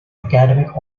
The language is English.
academic